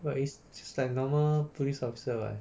err it's just like normal police officer [what]